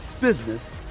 business